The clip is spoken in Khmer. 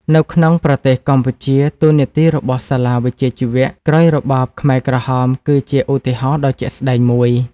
នៅក្នុងប្រទេសកម្ពុជា តួនាទីរបស់សាលាវិជ្ជាជីវៈក្រោយរបបខ្មែរក្រហមគឺជាឧទាហរណ៍ដ៏ជាក់ស្តែងមួយ។